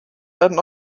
werden